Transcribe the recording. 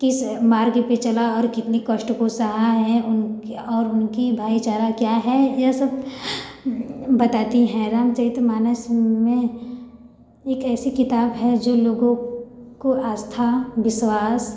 किस मार्ग पर चला और कितनी कष्ट को सहा है उन और उनकी भाईचारा क्या है यह सब बताती है रामचरित मानस में एक ऐसी किताब है जो लोगों को आस्था विश्वास